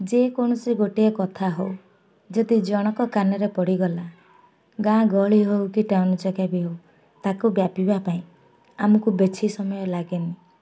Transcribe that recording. ଯେକୌଣସି ଗୋଟିଏ କଥା ହେଉ ଯଦି ଜଣଙ୍କ କାନରେ ପଡ଼ିଗଲା ଗାଁ ଗହଳି ହେଉ କି ଟାଉନ୍ ଛକ ବି ହେଉ ତାକୁ ବ୍ୟାପିବା ପାଇଁ ଆମକୁ ବେଶୀ ସମୟ ଲାଗେନି